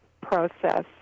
process